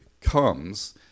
comes